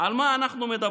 נדע על מה אנחנו מדברים.